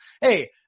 hey